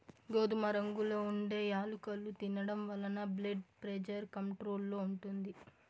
గోధుమ రంగులో ఉండే యాలుకలు తినడం వలన బ్లెడ్ ప్రెజర్ కంట్రోల్ లో ఉంటుంది